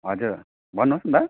हजुर भन्नुहोस् न दा